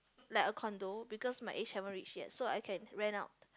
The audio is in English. like a condo because my age haven't reach yet so I can rent out